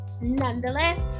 nonetheless